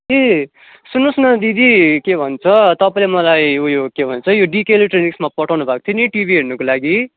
ए सुन्नुहोस् न दिदी के भन्छ तपाईँले मलाई उयो के भन्छ यो डिके इलेक्ट्रोनिक्समा पठाउनु भएको थियो नि टिभी हेर्नुको लागि